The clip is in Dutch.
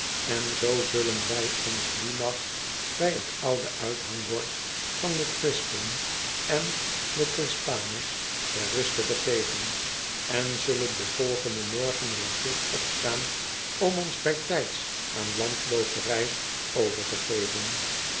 en zoo zullen wij ons dien nacht bij t oude uithangbord van de orispin en de crispanus ter ruste begeven en zullen den volgenden morgen weer vroeg opstaan om ons bytijds aan landlooperij over te geven